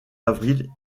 avril